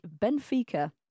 Benfica